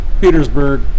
Petersburg